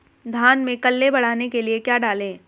धान में कल्ले बढ़ाने के लिए क्या डालें?